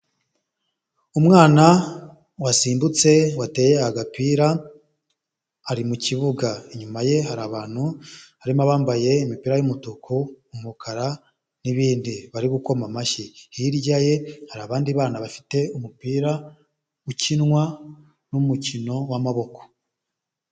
Umwana wasimbutse wateye agapira ari mukibuga, inyuma ye hari abantu harimo abambaye imipira y'umutuku, umukara n'ibindi bari gukoma amashyi. Hirya ye hari abandi bana bafite umupira ukinwa n'umukino w'amaboko.